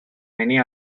many